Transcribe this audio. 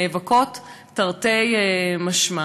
נאבקות תרתי משמע.